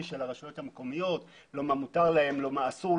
של הרשויות המקומית ומה שמותר להן.